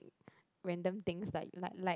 random things like like like